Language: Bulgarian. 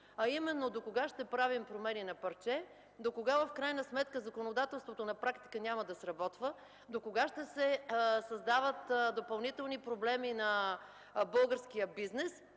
а именно: докога ще правим промени на парче? Докога законодателството на практика няма да сработва? Докога ще се създават допълнителни проблеми на българския бизнес?